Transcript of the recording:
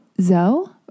Zoe